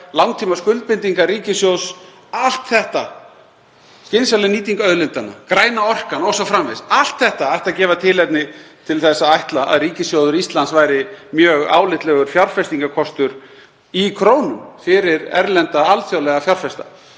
langtímaskuldbindingar ríkissjóðs. Allt þetta, skynsamleg nýting auðlindanna, græna orkan o.s.frv., ætti að gefa tilefni til að ætla að ríkissjóður Íslands væri mjög álitlegur fjárfestingarkostur í krónum fyrir erlenda, alþjóðlega fjárfesta.